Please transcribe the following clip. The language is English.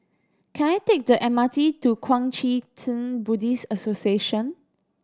can I take the M R T to Kuang Chee Tng Buddhist Association